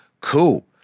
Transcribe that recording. cool